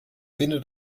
finde